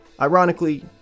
ironically